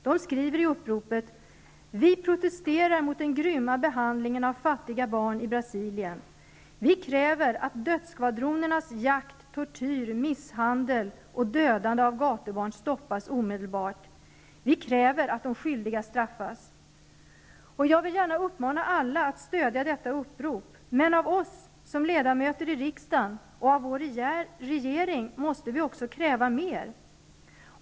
De skriver i uppropet: Vi protesterar mot den grymma behandlingen av fattiga barn i Brasilien. Vi kräver att dödsskvadronernas jakt, tortyr, misshandel och dödande av gatubarn stoppas omedelbart. Vi kräver att de skyldiga straffas. Jag vill uppmana alla att stödja detta upprop. Men av oss ledamöter i riksdagen och av vår regering måste vi också kräva mer.